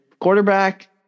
quarterback